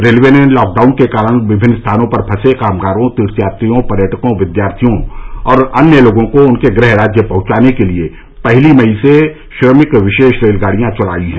railway ने lockdown के कारण विभिन्न स्थानों पर फंसे कामगारों तीर्थ यात्रियों पर्यटकों विद्यार्थियों और अन्य लोगों को उनके गृह राज्य पहुंचाने के लिए पहली मई से श्रमिक विशेष रेलगाड़ियां चलाई हैं